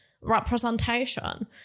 representation